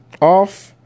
off